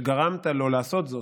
שגרמת לו לעשות זאת,